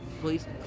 please